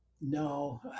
No